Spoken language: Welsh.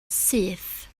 syth